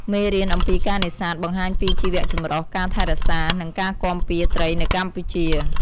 មេរៀនអំពីការនេសាទបង្ហាញពីជីវចម្រុះ ការថែរក្សា និងគាំពារត្រីនៅកម្ពុជា។